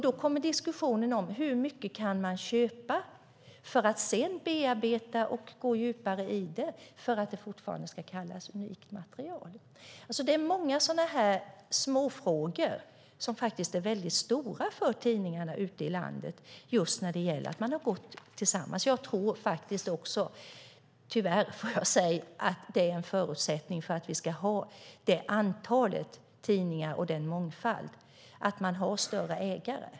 Då kommer diskussionen om hur mycket man kan köpa för att sedan bearbeta och fördjupa sig i och därefter kalla det för unikt material. Det är många sådana här småfrågor som faktiskt är väldigt stora för tidningarna ute i landet just när det gäller att man har gått ihop. Jag tror faktiskt också, tyvärr, att en förutsättning för att vi ska ha det antal tidningar och den mångfald som vi har är att man har större ägare.